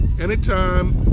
Anytime